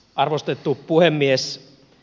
arvostettu puhemies